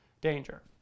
danger